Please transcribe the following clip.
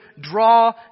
draw